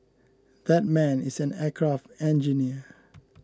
that man is an aircraft engineer